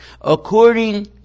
According